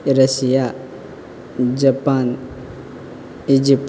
Russia Japan Egypt